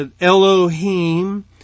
Elohim